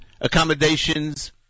accommodations